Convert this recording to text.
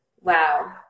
wow